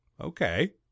okay